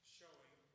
showing